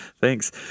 Thanks